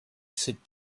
sit